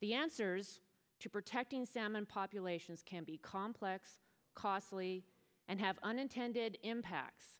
the answers to protecting salmon populations can be complex costly and have unintended impacts